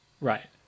Right